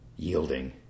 Yielding